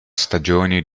stagioni